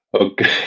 Okay